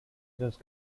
just